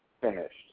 finished